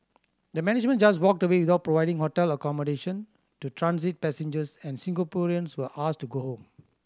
the management just walked away without providing hotel accommodation to transit passengers and Singaporeans were asked to go home